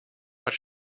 what